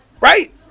Right